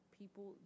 people